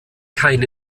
kein